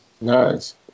Nice